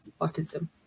autism